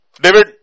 David